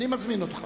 אני מזמין אותך